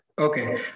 Okay